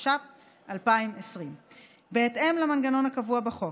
התש"ף 2020. בהתאם למנגנון הקבוע בחוק,